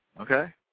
Okay